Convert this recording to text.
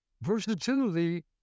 versatility